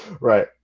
right